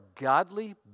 godly